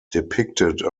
depicted